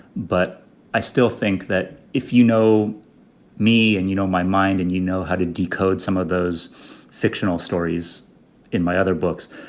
but i still think that if you know me and you know my mind and you know how to decode some of those fictional stories in my other books,